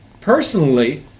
Personally